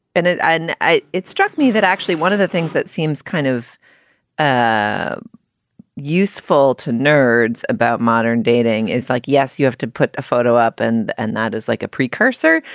and it and it struck me that actually one of the things that seems kind of ah useful to nerds about modern dating is like, yes, you have to put a photo up and and that is like a precursor.